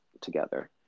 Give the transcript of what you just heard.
together